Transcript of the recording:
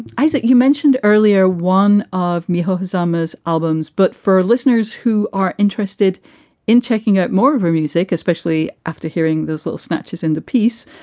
isaac, you mentioned earlier one of mewho osamas albums, but for listeners who are interested in checking out more of our music, especially after hearing this little snatches in the piece.